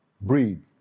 Breed